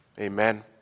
Amen